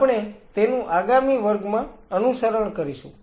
આપણે તેનું આગામી વર્ગમાં અનુસરણ કરીશું